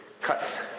cuts